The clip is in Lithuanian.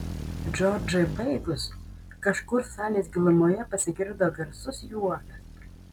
džordžai baigus kažkur salės gilumoje pasigirdo garsus juokas